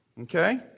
okay